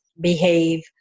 behave